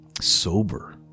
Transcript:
Sober